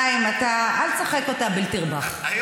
חיים, אל תשחק אותה הבל תרבח, אוקיי?